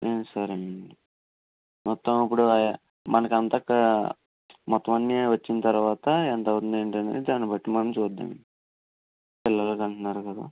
సరేనండి మొత్తం ఇప్పుడు మనకంతా మొత్తం అన్నీ వచ్చిన తర్వాత ఎంత అవుతుంది ఏంటి అనేది దాని బట్టి మనం చూద్దాం పిల్లలకు అంటున్నారు కదా